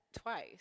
twice